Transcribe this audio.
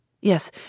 Yes